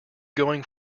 going